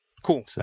Cool